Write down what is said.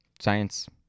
Science